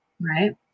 right